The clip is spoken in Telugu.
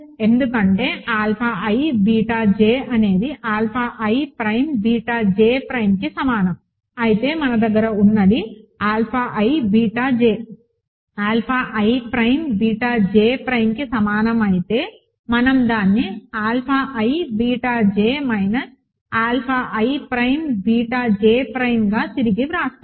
ఎందుకంటే ఆల్ఫా i బీటా j అనేది alpha i prime beta j ప్రైమ్కి సమానం అయితే మన దగ్గర ఉన్నది alpha i beta j alpha i prime beta j ప్రైమ్కి సమానం అయితే మనం దీన్ని alpha i beta j minus alpha i prime beta j ప్రైమ్గా తిరిగి వ్రాస్తాము